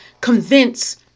convince